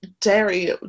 dairy